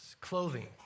clothing